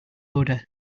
odor